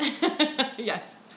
Yes